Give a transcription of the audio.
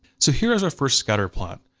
so here is our first scatterplot.